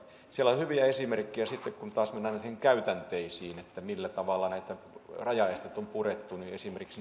siellä on hyviä esimerkkejä sitten kun taas mennään näihin käytänteisiin millä tavalla rajaesteitä on purettu esimerkiksi